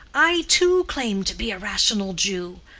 i, too, claim to be a rational jew.